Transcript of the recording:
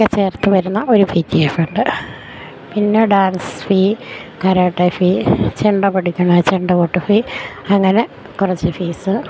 ഒക്കെ ചേർത്തുവരുന്ന ഒരു പി ടി എ ഫണ്ട് പിന്നെ ഡാൻസ് ഫീ കരാട്ടെ ഫീ ചെണ്ട പഠിക്കുന്ന ചെണ്ടകൊട്ട് ഫീ അങ്ങനെ കുറച്ച് ഫീസ്